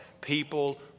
People